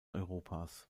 europas